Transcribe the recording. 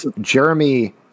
jeremy